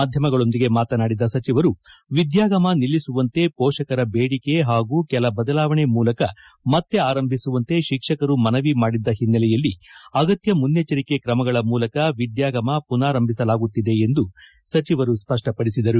ಮಾಧ್ಯಮಗಳೊಂದಿಗೆ ಮಾತನಾಡಿದ ಸಚಿವರು ವಿದ್ಯಾಗಮ ನಿಲ್ಲಿಸುವಂತೆ ಮೋಷಕರ ಬೇಡಿಕೆ ಹಾಗೂ ಕೆಲ ಬದಲಾವಣೆ ಮೂಲಕ ಮತ್ತೆ ಆರಂಭಿಸುವಂತೆ ಶಿಕ್ಷಕರು ಮನವಿ ಮಾಡಿದ್ದ ಓನ್ನೆಲೆಯಲ್ಲಿ ಅಗತ್ಯ ಮುನ್ನೆಜ್ಜರಿಕ ತ್ರಮಗಳ ಮೂಲಕ ವಿದ್ಯಾಗಮ ಮನರಾರಂಭಿಸಲಾಗುತ್ತಿದೆ ಎಂದು ಸ್ಪಷ್ಟಪಡಿಸಿದರು